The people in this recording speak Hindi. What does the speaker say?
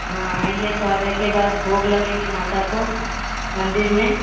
हाँ आइए थोड़ी देर के बाद भोग लगेगी माता को मंदिर में